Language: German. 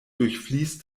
durchfließt